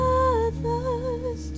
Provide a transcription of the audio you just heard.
others